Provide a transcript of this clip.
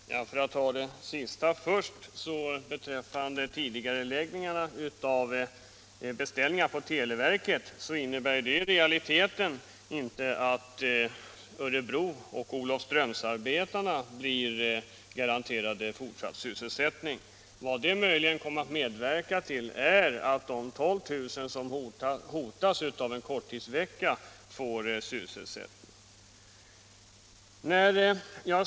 Herr talman! För att ta det sista först: tidigareläggningar av beställningar från televerket innebär ju inte i realiteten att arbetarna i Örebro och Olofström blir garanterade fortsatt sysselsättning. Vad det möjligen kommer att medverka till är att de 12 000 anställda som hotas av korttidsvecka får sysselsättning.